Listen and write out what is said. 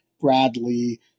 Bradley